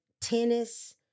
tennis